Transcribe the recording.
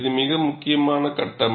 இது மிக முக்கியமான கட்டம்